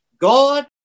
God